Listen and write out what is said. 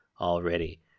already